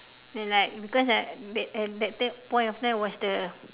and like because like that at that point of time was the